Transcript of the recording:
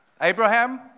Abraham